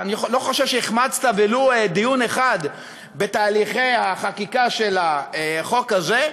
אני לא חושב שהחמצת ולו דיון אחד בתהליכי החקיקה של החוק הזה,